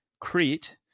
Crete